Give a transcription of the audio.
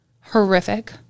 Horrific